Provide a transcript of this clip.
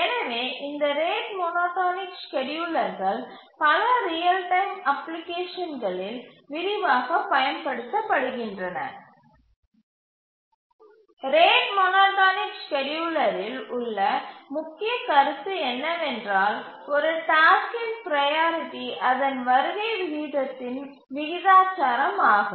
எனவே இந்த rate monotonic ஸ்கேட்யூலர்கள் பல ரியல் டைம் அப்ளிகேஷன்களில் விரிவாகப் பயன்படுத்த படுகின்றன ரேட் மோனோடோனிக் ஸ்கேட்யூலரில் உள்ள முக்கிய கருத்து என்னவென்றால் ஒரு டாஸ்க்கின் ப்ரையாரிட்டி அதன் வருகை விகிதத்தின் விகிதாசாரமாகும்